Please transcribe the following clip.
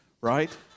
right